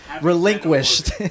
relinquished